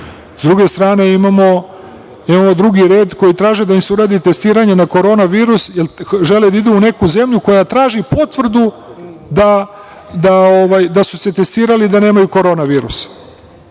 druge strane imamo drugi red koji traže da im se uradi testiranje na korona virus, jer žele da idu u neku zemlju koja traži potvrdu da su se testirali da nemaju korona virus. Ja